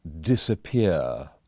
disappear